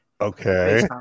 Okay